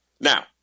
Now